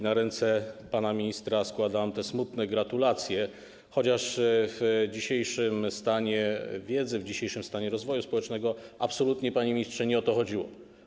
Na ręce pana ministra składam smutne gratulacje, chociaż w dzisiejszym stanie wiedzy, w dzisiejszym stanie rozwoju społecznego absolutnie, panie ministrze, nie o to chodziło.